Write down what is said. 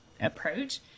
approach